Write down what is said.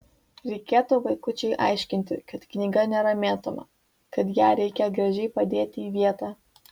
reikėtų vaikučiui aiškinti kad knyga nėra mėtoma kad ją reikia gražiai padėti į vietą